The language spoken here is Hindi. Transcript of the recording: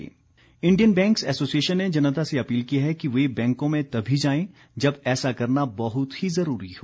बैंक इंडियन बैंक्स एसोसिएशन ने जनता से अपील की है कि वे बैंकों में तभी जाएं जब ऐसा करना बहुत ही जरूरी हो